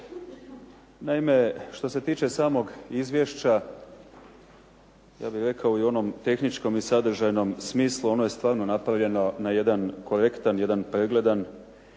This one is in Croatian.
Naime, što se tiče samog izvješća ja bih rekao i u onom tehničkom i sadržajnom smislu ono je stvarno napravljeno na jedan korektan, jedan pregledan način.